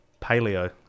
Paleo